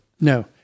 No